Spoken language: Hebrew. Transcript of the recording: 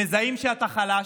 מזהים שאתה חלש.